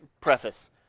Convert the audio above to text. preface